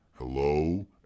Hello